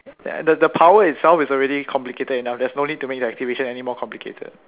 and the the power itself is already complicated enough there is no need to make your activation any more complicated